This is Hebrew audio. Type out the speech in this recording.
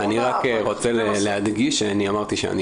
אחר כך --- אני רק רוצה להדגיש שאמרתי שאני